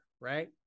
right